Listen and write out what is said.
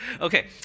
Okay